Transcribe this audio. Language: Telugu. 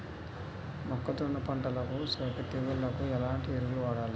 మొక్కజొన్న పంటలకు సోకే తెగుళ్లకు ఎలాంటి ఎరువులు వాడాలి?